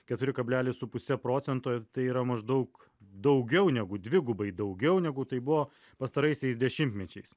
keturi kablelis su puse procento tai yra maždaug daugiau negu dvigubai daugiau negu tai buvo pastaraisiais dešimtmečiais